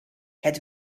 het